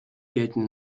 gelten